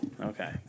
Okay